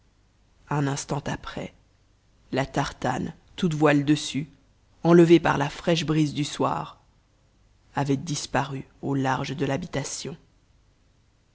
un instant après la tartane toutes voiles dessus enlevée par la fraîche brise du soir avait disparu au large de l'habitation